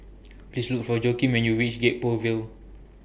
Please Look For Joaquin when YOU REACH Gek Poh Ville